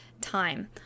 time